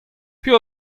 piv